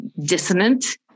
dissonant